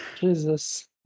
Jesus